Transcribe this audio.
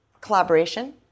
collaboration